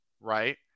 right